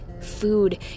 food